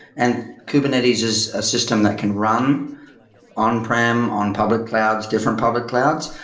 and kubernetes is a system that can run on-prem, on public clouds, different public clouds.